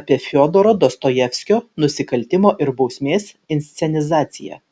apie fiodoro dostojevskio nusikaltimo ir bausmės inscenizaciją